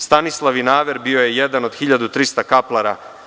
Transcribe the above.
Stanislav Vinaver bio je jedan od 1300 kaplara.